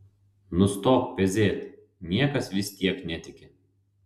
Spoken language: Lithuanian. nustok pezėt niekas vis tiek netiki